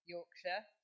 Yorkshire